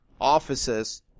offices